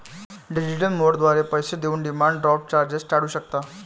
digital मोडद्वारे पैसे देऊन डिमांड ड्राफ्ट चार्जेस टाळू शकता